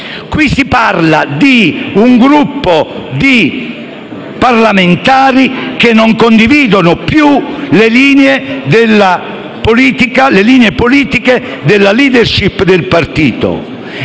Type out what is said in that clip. Qui si parla di un gruppo di parlamentari che non condivide più le linee politiche della *leadership* del partito